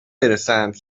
برسند